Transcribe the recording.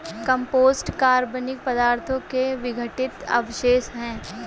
compost कार्बनिक पदार्थों के विघटित अवशेष हैं